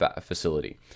facility